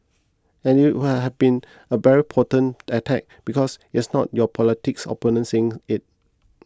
and it would have been a very potent attack because yes not your political opponent saying it